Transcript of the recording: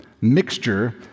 mixture